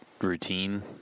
routine